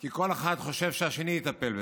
כי כל אחד חושב שהשני יטפל בזה.